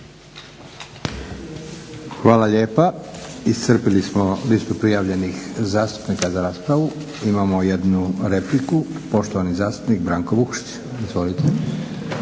Josip (SDP)** Iscrpili smo listu prijavljenih zastupnika za raspravu. Imamo jednu repliku, poštovani zastupnik Branko Vukšić. Izvolite.